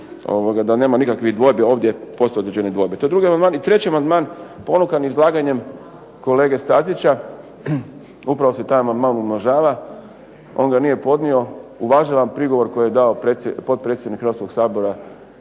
da nema nikakvih dvojbi ovdje postoje određene dvojbe. To je drugi amandman. I treći amandman ponukan izlaganjem kolege Stazića. Upravo se taj amandman umnožava, on ga nije podnio. Uvažavam prigovor koji je dao potpredsjednik Hrvatskog sabora